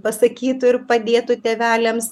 pasakytų ir padėtų tėveliams